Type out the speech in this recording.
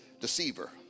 deceiver